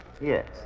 Yes